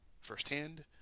firsthand